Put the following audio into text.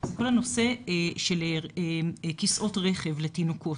זה כל הנושא של כיסאות רכב לתינוקות.